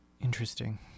interesting